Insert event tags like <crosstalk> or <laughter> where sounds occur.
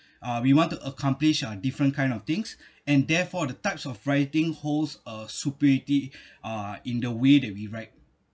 uh we want to accomplish a different kind of things <breath> and therefore the types of writing holds a superiority uh in the way that we write